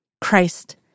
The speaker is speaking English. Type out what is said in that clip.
Christ